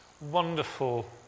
wonderful